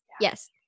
Yes